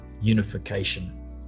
unification